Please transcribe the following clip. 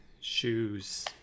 Shoes